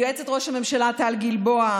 ליועצת ראש הממשלה טל גלבוע,